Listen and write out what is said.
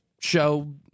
show